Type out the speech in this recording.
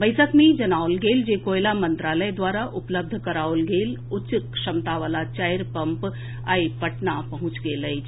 बैसक मे जनाओल गेल जे कोयला मंत्रालय द्वारा उपलब्ध कराओल गेल उच्च क्षमता वला चारि पम्प आइ पटना पहुंच गेल अछि